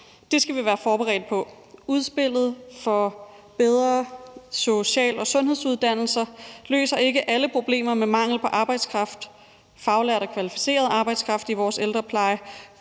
Det skal vi være forberedt på. Udspillet for bedre social- og sundhedsuddannelser løser ikke alle problemer med mangel på arbejdskraft, faglært og kvalificeret arbejdskraft, i vores ældrepleje,